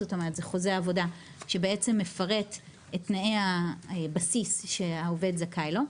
זה חוזה עבודה שבעצם מפרט את תנאי הבסיס שהעובד זכאי להם,